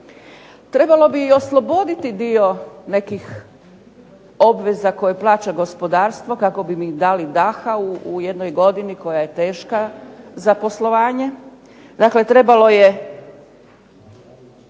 Trebalo bi i osloboditi dio nekih obveza koje plaća gospodarstvo kako bi mi dali daha u jednoj godini koja je teška za poslovanje,